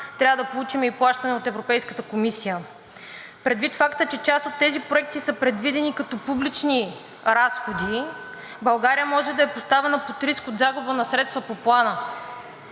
трябва да получим и плащане от Европейската комисия. Предвид факта, че част от тези проекти са предвидени като публични разходи, България може да е поставена под риск от загуба на средства по Плана.